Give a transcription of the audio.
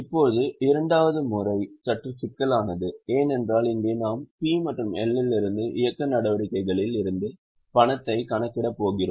இப்போது இரண்டாவது முறை சற்று சிக்கலானது ஏனென்றால் இங்கே நாம் P மற்றும் L இலிருந்து இயக்க நடவடிக்கைகளில் இருந்து பணத்தைக் கணக்கிடப் போகிறோம்